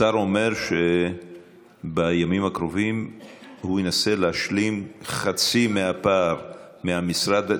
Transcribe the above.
השר אומר שבימים הקרובים הוא ינסה להשלים חצי מהפער מהמשרד.